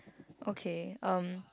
okay um